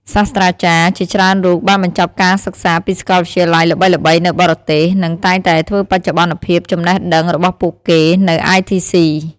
សាស្ត្រាចារ្យជាច្រើនរូបបានបញ្ចប់ការសិក្សាពីសាកលវិទ្យាល័យល្បីៗនៅបរទេស និងតែងតែធ្វើបច្ចុប្បន្នភាពចំណេះដឹងរបស់ពួកគេនៅITC។